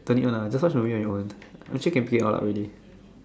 don't need want lah just the watch movie on your own actually can pee out lah really